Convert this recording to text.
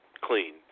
Clean